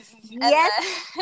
Yes